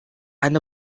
and